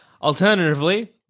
Alternatively